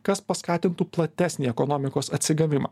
kas paskatintų platesnį ekonomikos atsigavimą